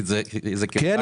ינון,